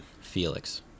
Felix